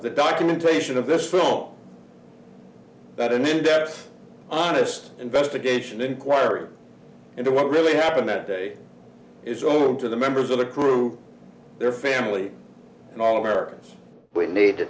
the documentation of this film that an in depth honest investigation inquiry into what really happened that day is over and to the members of the crew their family and all americans we need to